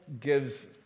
gives